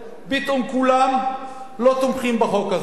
פתאום כולם לא תומכים בחוק הזה.